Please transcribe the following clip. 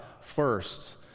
first